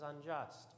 unjust